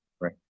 Right